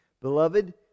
Beloved